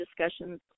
discussions